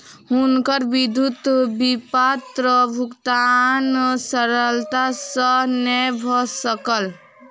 हुनकर विद्युत विपत्र भुगतान सरलता सॅ नै भ सकल